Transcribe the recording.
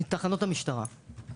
תחנות המשטרה.